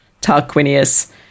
Tarquinius